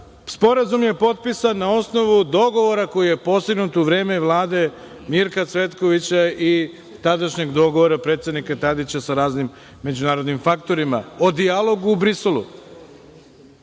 Sporazum je potpisan na osnovu dogovora koji je postignut u vreme Vlade Mirka Cvetkovića i tadašnjeg dogovora predsednika Tadića sa raznim međunarodnim faktorima o dijalogu u Briselu. Na